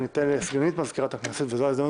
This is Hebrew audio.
ניתן לסגנית מזכירת הכנסת וזו ההזדמנות